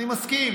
אני מסכים,